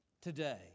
today